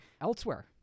elsewhere